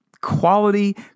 Quality